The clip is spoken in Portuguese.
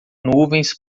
nuvens